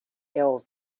ill